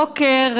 הבוקר,